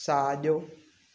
साॼो